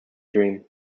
dream